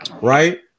right